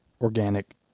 organic